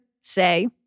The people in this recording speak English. say